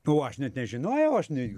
nu aš net nežinojau aš ne